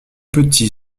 petit